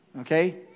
okay